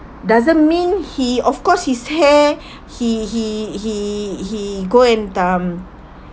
doesn't mean he of course his hair he he he he go and um